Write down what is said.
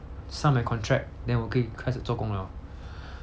sign my contract then 我可以开始做工 liao